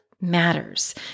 matters